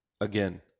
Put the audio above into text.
Again